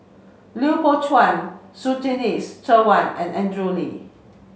Lui Pao Chuen Surtini Sarwan and Andrew Lee